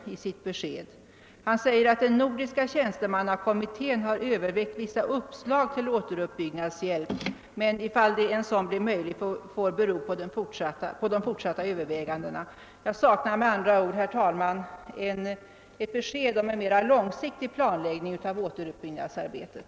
Han säger: »Jag vill slutligen endast tillägga att den nordiska tjänstemannakommittén övervägt vissa uppslag till återuppbyggnadshjälp. Det kan dock inte i dag sägas om det kan bli fråga om att erbjuda sådan hjälp i en eller annan form. Detta får bero på utvecklingen och vissa fortsatta överväganden.» Jag saknar, herr talman, ett besked om en mera långsiktig planläggning av återuppbyggnadsarbetet.